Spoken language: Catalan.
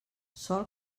sol